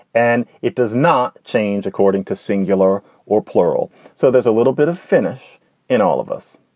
and it does not change according to singular or plural. so there's a little bit of finnish in all of us.